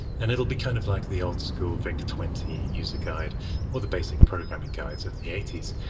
and it will be kind of like the old-school vic twenty user guide or the basic programming guides of the eighties,